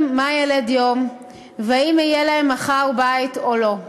מה ילד יום ואם יהיה להם מחר בית או לא.